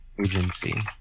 Agency